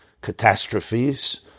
catastrophes